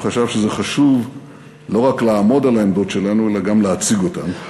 הוא חשב שחשוב לא רק לעמוד על העמדות שלנו אלא גם להציג אותן.